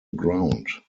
ground